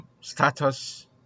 status